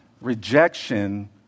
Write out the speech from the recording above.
rejection